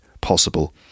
possible